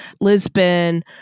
Lisbon